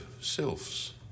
sylphs